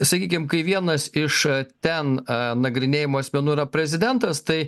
sakykim kai vienas iš ten nagrinėjamų asmenų yra prezidentas tai